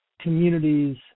communities